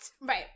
Right